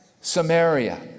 Samaria